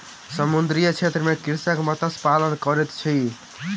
समुद्रीय क्षेत्र में कृषक मत्स्य पालन करैत अछि